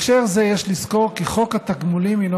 בהקשר זה יש לזכור כי חוק התגמולים הינו